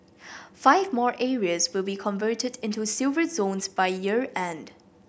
five more areas will be converted into Silver Zones by year end